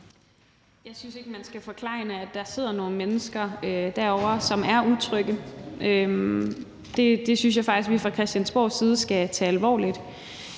Jeg synes ikke, man skal forklejne, at der sidder nogle mennesker derovre, som er utrygge. Det synes jeg faktisk vi fra Christiansborgs side skal tage alvorligt.